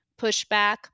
pushback